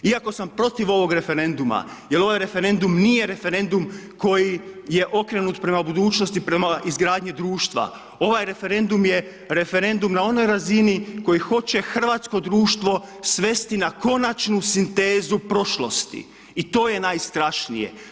Iako sam protiv ovog referenduma jer ovaj referendum nije referendum koji je okrenut prema budućnosti, prema izgradnji društva, ovaj referendum je referendum na onoj razini koji hoće hrvatsko društvo svesti na konačnu sintezu prošlosti i to je najstrašnije.